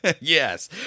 Yes